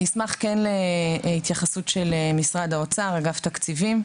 אשמח להתייחסות אגף התקציבים במשרד האוצר,